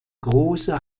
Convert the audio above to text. große